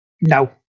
No